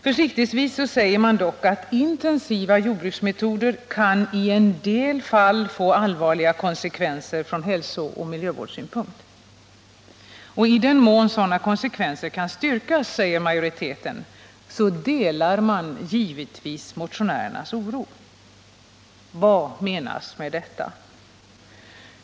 Försiktigtvis säger man dock att intensiva jordbruksmetoder i en del fall kan få allvarliga konsekvenser från hälsooch miljövårdssynpunkt. I den mån sådana konsekvenser kan styrkas — Säger majoriteten — delar man givetvis motionärernas oro. Vad menas med detta?